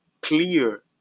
clear